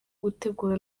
gutegura